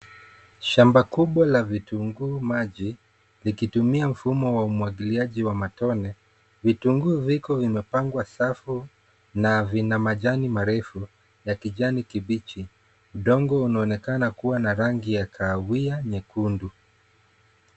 Shamba kubwa la vitunguu maji likitumia mfumo wa umwagiliaji wa matone vitunguu viko vimepangwa safu na vina majani marefu ya kijani kibichi udongo unaonekana kua na rangi ya kahawia nyekundu.